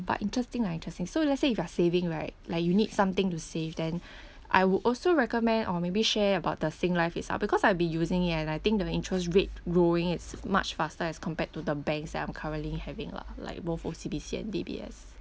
but interesting lah interesting so let's say if you're saving right like you need something to save then I would also recommend or maybe share about the Singlife itself because I've been using it and I think the interest rate growing it's much faster as compared to the banks that I'm currently having lah like both O_C_B_C and D_B_S